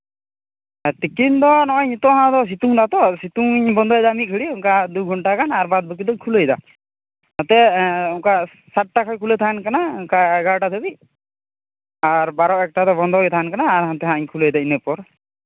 ᱟᱨ ᱛᱤᱠᱤᱱ ᱫᱚ ᱱᱚᱜᱼᱚᱭ ᱱᱤᱛᱚᱜ ᱦᱚᱸ ᱟᱫᱚ ᱥᱤᱛᱩᱝ ᱮᱱᱟᱛᱚ ᱟᱫᱚ ᱥᱤᱛᱩᱝ ᱤᱧ ᱵᱚᱱᱫᱚᱭᱮᱫᱟ ᱢᱤᱫ ᱜᱷᱟᱹᱤᱡ ᱚᱱᱠᱟ ᱫᱩ ᱜᱷᱚᱱᱴᱟ ᱜᱟᱱ ᱟᱨ ᱵᱟᱫ ᱵᱟᱹᱠᱤ ᱫᱩᱧ ᱠᱷᱩᱞᱟᱹᱭᱮᱫᱟ ᱱᱚᱛᱮ ᱚᱱᱠᱟ ᱪᱟᱨᱴᱟ ᱠᱷᱚᱱ ᱠᱷᱩᱞᱟᱹᱣ ᱛᱟᱦᱮᱱ ᱠᱟᱱᱟ ᱚᱱᱠᱟ ᱮᱜᱟᱨᱳᱴᱟ ᱫᱷᱟᱹᱨᱤᱡ ᱟᱨ ᱵᱟᱨᱚ ᱮᱠᱴᱟ ᱫᱚ ᱵᱚᱱᱫᱚ ᱜᱮ ᱛᱟᱦᱮᱱ ᱠᱟᱱᱟ ᱟᱨ ᱦᱟᱱᱛᱮ ᱦᱟᱸᱜ ᱤᱧ ᱠᱷᱩᱞᱟᱣ ᱮᱫᱟ ᱤᱱᱟᱹ ᱯᱚᱨ